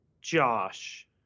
Josh